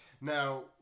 Now